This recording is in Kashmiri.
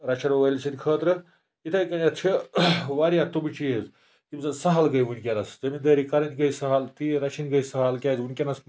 رَچھَن وٲلِس سٕنٛدِ خٲطرٕ اِتھَے کٔنٮ۪تھ چھِ واریاہ تِم چیٖز یِم زَن سہل گٔے وٕنکٮ۪نَس زٔمیٖندٲری کَرٕنۍ گٔے سہل تیٖر رَچھِنۍ گٔے سہل کیٛازِ وٕنکٮ۪نَس